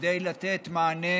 כדי לתת מענה